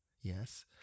yes